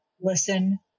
listen